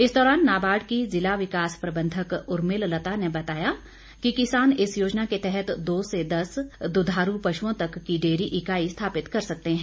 इस दौरान नाबार्ड की जिला विकास प्रबंधक उर्मिल लता ने बताया कि किसान इस योजना के तहत दो से दस दुधारू पशुओं तक की डेयरी इकाई स्थापित कर सकते है